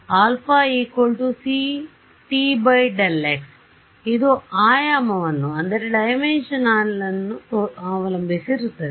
α c tΔx ಇದು ಆಯಾಮವನ್ನು ಅವಲಂಬಿಸಿರುತ್ತದೆ